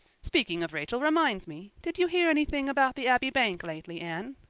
speaking of rachel reminds me did you hear anything about the abbey bank lately, anne?